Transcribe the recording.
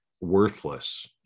worthless